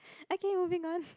okay moving on